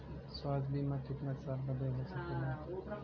स्वास्थ्य बीमा कितना साल बदे हो सकेला?